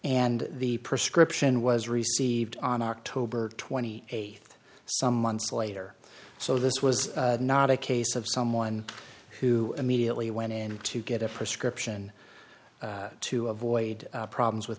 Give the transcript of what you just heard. and the prescription was received on october twenty eighth some months later so this was not a case of someone who immediately went in to get a prescription to avoid problems with